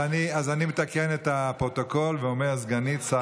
אז אני מתקן את הפרוטוקול ואומר: סגנית שר האוצר.